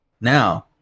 Now